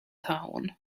town